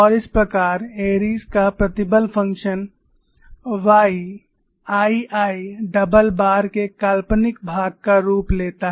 और इस प्रकार एरी का प्रतिबल फंक्शन YII डबल बार के काल्पनिक भाग का रूप लेता है